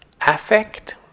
affect